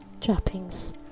trappings